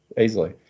easily